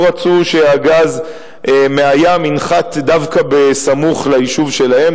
רצו שהגז מהים ינחת דווקא בסמוך ליישוב שלהם.